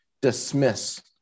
dismiss